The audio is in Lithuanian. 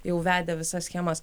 jau vedė visas schemas